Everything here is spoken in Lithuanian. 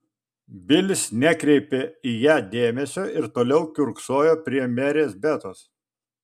bilis nekreipė į ją dėmesio ir toliau kiurksojo prie merės betos